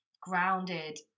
grounded